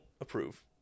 approve